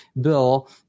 bill